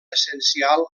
essencial